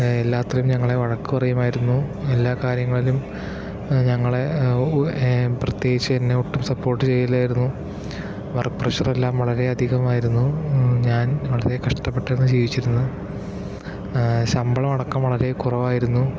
എല്ലാത്തിനും ഞങ്ങളെ വഴക്ക് പറയുമായിരുന്നു എല്ലാ കാര്യങ്ങളിലും ഞങ്ങളെ പ്രത്യേകിച്ച് എന്നെ ഒട്ടും സപ്പോര്ട്ട് ചെയ്യില്ലാരുന്നു വര്ക്ക് പ്രെഷര് എല്ലാം വളരെ അധികമായിരുന്നു ഞാന് വളരെ കഷ്ടപ്പെട്ടായിരുന്നു ജീവിച്ചിരുന്നത് ശമ്പളം അടക്കം വളരെ കുറവായിരുന്നു